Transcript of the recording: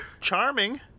charming